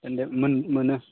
मोनो